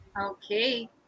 Okay